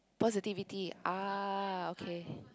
positivity !ah! okay